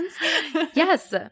Yes